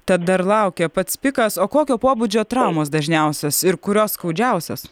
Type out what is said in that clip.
tad dar laukia pats pikas o kokio pobūdžio traumos dažniausios ir kurios skaudžiausios